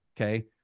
Okay